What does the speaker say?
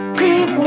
keep